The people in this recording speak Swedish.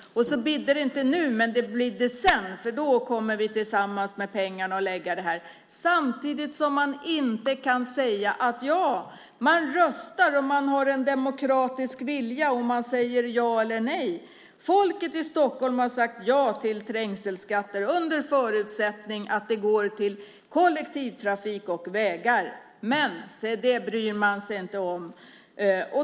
Men så bidde det inte nu utan det bidde sedan, för då kommer man tydligen tillsammans att lägga fram pengar till det här. Samtidigt kan ni inte säga annat än att man röstar, har en demokratisk vilja och säger ja eller nej. Folket i Stockholm har sagt ja till trängselskatter under förutsättning att pengarna går till kollektivtrafik och vägar. Men se det bryr ni er inte om!